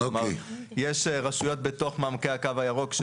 כלומר יש רשויות בתוך מעמקי הקו הירוק,